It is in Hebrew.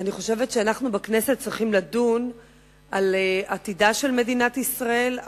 אני חושבת שאנחנו בכנסת צריכים לדון על עתידה של מדינת ישראל,